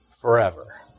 forever